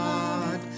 God